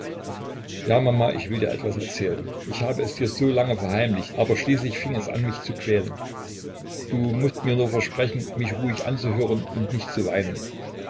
ja mama ich will dir etwas erzählen ich hab es dir so lange verheimlicht aber schließlich fing es an mich zu quälen du mußt mir nur versprechen mich ruhig anzuhören und nicht zu weinen